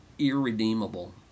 Irredeemable